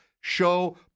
show